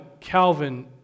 Calvin